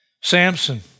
Samson